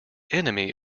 enemy